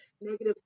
negative